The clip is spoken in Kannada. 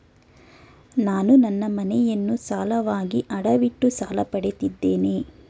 ನಾನು ನನ್ನ ಮನೆಯನ್ನು ಸಾಲವಾಗಿ ಅಡವಿಟ್ಟು ಸಾಲ ಪಡೆದಿದ್ದೇನೆ